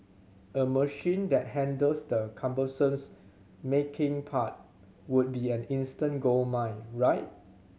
a machine that handles the cumbersome's making part would be an instant goldmine right